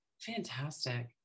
Fantastic